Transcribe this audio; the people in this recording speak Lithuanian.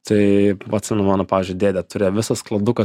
tai atsimenu mano pavyzdžiui dėdė turėjo visą skladuką